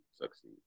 succeed